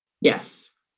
Yes